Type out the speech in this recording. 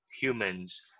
humans